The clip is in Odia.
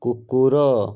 କୁକୁର